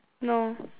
no